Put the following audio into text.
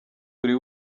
buri